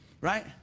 right